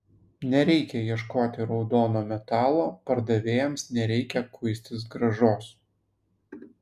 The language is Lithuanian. nereikia ieškoti raudono metalo pardavėjams nereikia kuistis grąžos